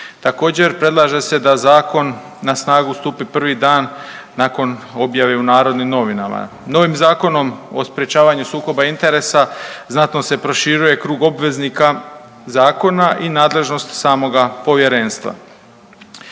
Također predlaže se da zakon na snagu stupi prvi dan nakon objave u Narodnim novinama. Novim Zakonom o sprječavanju sukoba interesa znatno se proširuje krug obveznika zakona i nadležnost samoga povjerenstva.